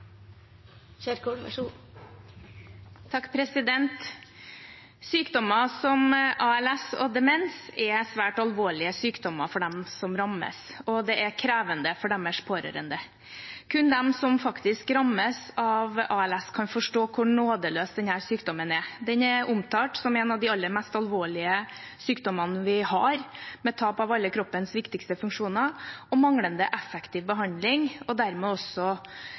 svært alvorlige sykdommer for dem som rammes, og det er krevende for deres pårørende. Kun de som faktisk rammes av ALS, kan forstå hvor nådeløs denne sykdommen er. Den er omtalt som en av de aller mest alvorlige sykdommene vi har, med tap av alle kroppens viktigste funksjoner og manglende effektiv behandling, og dermed også